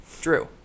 Drew